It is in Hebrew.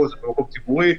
זה מקום ציבורי.